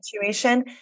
situation